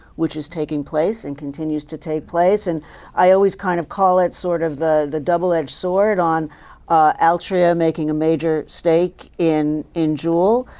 which is taking place and continues to take place. and i always kind of call it sort of the the double edged sword on altria making major stake in in juul.